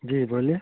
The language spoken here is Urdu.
جی بولیے